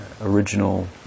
original